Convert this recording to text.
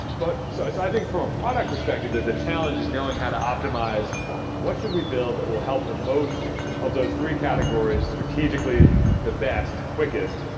but so i so i think from a product perspective, the challenge is knowing how to optimize what should we build that will help the most of those three categories strategically the best, quickest,